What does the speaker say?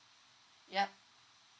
yup